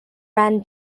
ran